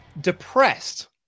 depressed